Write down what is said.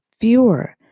fewer